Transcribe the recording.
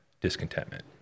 discontentment